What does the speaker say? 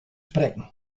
sprekken